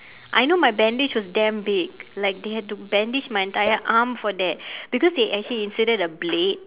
I know my bandage was damn big like they had to bandage my entire arm for that because they actually inserted a blade